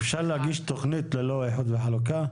אפשר להגיש תכנית ללא איחוד וחלוקה?